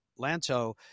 Lanto